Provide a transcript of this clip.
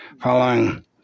following